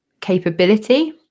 capability